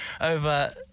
over